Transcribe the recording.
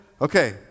okay